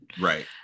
right